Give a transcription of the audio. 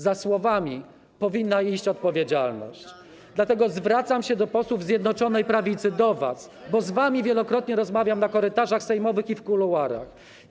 Za słowami powinna iść odpowiedzialność, dlatego zwracam się do posłów Zjednoczonej Prawicy, do was, bo z wami wielokrotnie rozmawiam na korytarzach sejmowych i w kuluarach.